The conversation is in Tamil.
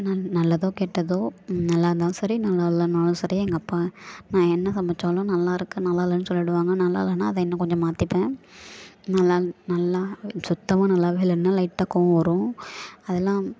நல்லதோ கெட்டதோ நல்லாயிருந்தாலும் சரி நல்லா இல்லைனாலும் சரி எங்கள் அப்பா நான் என்ன சமைத்தாலும் நல்லாயிருக்கு நல்லாயில்லன்னு சொல்லிடுவாங்க நல்லாயில்லன்னா அதை இன்னும் கொஞ்சம் மாற்றிப்பேன் நல்லா நல்லா சுத்தமாக நல்லா இல்லைன்னா லைட்டாக கோபம் வரும் அதெல்லாம்